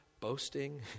boasting